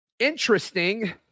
interesting